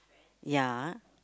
ya